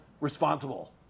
responsible